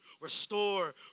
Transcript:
restore